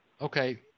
Okay